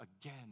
again